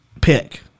pick